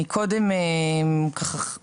מוסד אקדמי שנקרא בצלאל.